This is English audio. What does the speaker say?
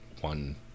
one